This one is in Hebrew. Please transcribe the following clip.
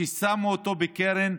שמו אותו בקרן,